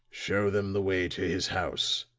show them the way to his house.